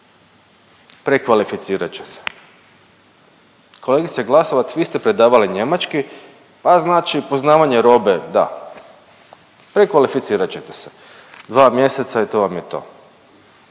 Prekvalificirat će se. Kolegice Glasovac, vi ste predavali njemački, pa znači poznavanje robe da, prekvalificirat ćete se, dva mjeseca i to vam je to.